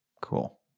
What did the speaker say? cool